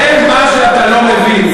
זה מה שאתה לא מבין.